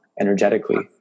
energetically